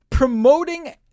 promoting